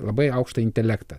labai aukštą intelektą